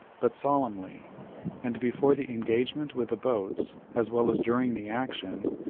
but solemnly and before the engagement with the boats, as well as during the action,